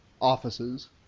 offices